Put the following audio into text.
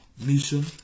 mission